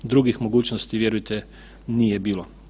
Drugih mogućnosti vjerujte nije bilo.